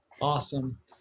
Awesome